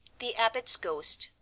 the abbot's ghost,